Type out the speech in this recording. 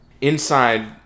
inside